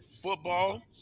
football